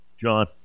John